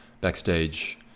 Backstage